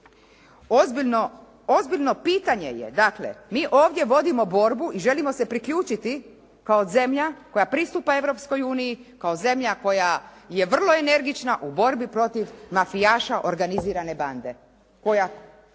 Ozbiljno pitanje je dakle, mi ovdje vodimo borbu i želimo se priključiti kao zemlja koja pristupa Europskoj uniji, kao zemlja koja je vrlo energična u borbi protiv mafijaša organizirane bande, koja